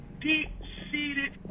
deep-seated